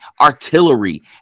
artillery